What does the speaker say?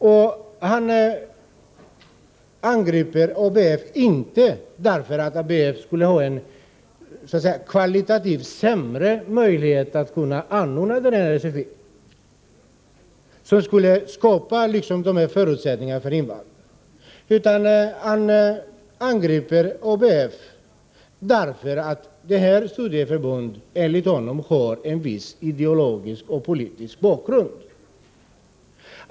Han angriper ABF, men inte därför att ABF skulle ha en kvalitativt sämre möjlighet att anordna SFI, som kunde skapa förutsättningar för invandrare. Han angriper ABF därför att detta studieförbund enligt honom har en viss ideologisk och politisk bakgrund.